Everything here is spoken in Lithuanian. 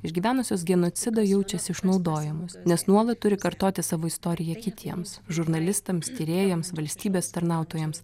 išgyvenusios genocidą jaučiasi išnaudojamos nes nuolat turi kartoti savo istoriją kitiems žurnalistams tyrėjams valstybės tarnautojams